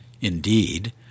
Indeed